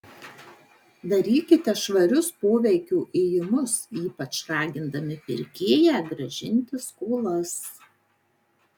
darykite švarius poveikio ėjimus ypač ragindami pirkėją grąžinti skolas